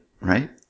right